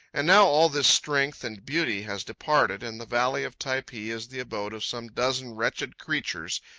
and now all this strength and beauty has departed, and the valley of typee is the abode of some dozen wretched creatures,